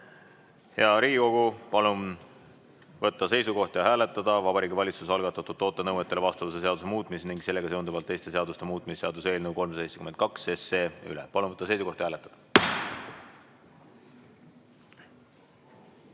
Riigikogu, palun võtta seisukoht ja hääletada Vabariigi Valitsuse algatatud toote nõuetele vastavuse seaduse muutmise ning sellega seonduvalt teiste seaduste muutmise seaduse eelnõu 372. Palun võtta seisukoht ja hääletada!